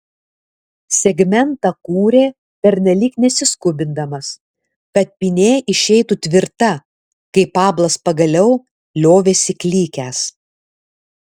segmentą kūrė pernelyg nesiskubindamas kad pynė išeitų tvirta kai pablas pagaliau liovėsi klykęs